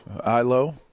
Ilo